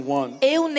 one